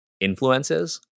influences